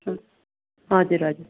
हजुर हजुर